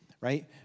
right